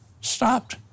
stopped